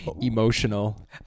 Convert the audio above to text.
emotional